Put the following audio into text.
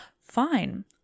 fine